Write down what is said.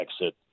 exit